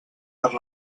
per